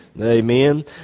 Amen